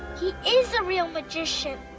he is a real magician.